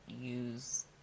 use